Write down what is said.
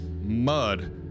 Mud